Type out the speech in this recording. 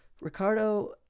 Ricardo